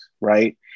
right